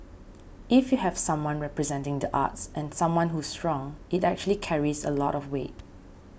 if you have someone representing the arts and someone who's strong it actually carries a lot of weight